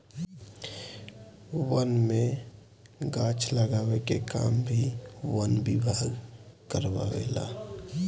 वन में गाछ लगावे के काम भी वन विभाग कारवावे ला